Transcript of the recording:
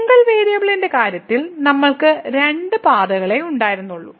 single വേരിയബിളിന്റെ കാര്യത്തിൽ നമ്മൾക്ക് രണ്ട് പാതകളേ ഉണ്ടായിരുന്നുള്ളൂ